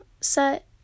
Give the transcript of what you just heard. set